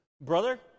Brother